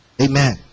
amen